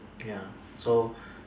ya so